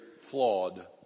flawed